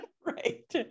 right